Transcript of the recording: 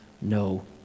no